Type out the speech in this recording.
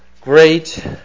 Great